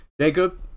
jacob